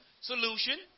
solution